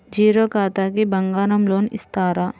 Zero ఖాతాకి బంగారం loan ఇస్తారా?